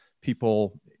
people